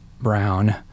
Brown